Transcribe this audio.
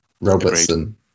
Robertson